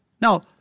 Now